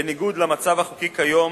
בניגוד למצב החוקי כיום,